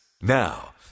Now